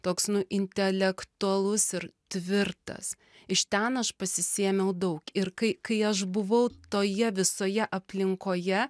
toks nu intelektualus ir tvirtas iš ten aš pasisėmiau daug ir kai kai aš buvau toje visoje aplinkoje